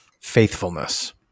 faithfulness